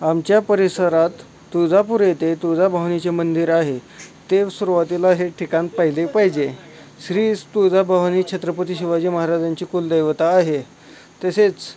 आमच्या परिसरात तुळजापुर येथे तुळजाभवानीचे मंदिर आहे ते सुरवातीला हे ठिकाण पाहिले पाहिजे श्री तुळजाभवानी छत्रपती शिवाजी महाराजांची कुलदैवता आहे तसेच